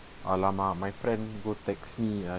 !alamak! my friend go text me !aiya!